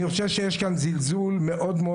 אני חושב שיש כאן זלזול מאוד מאוד